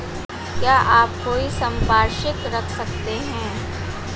क्या आप कोई संपार्श्विक रख सकते हैं?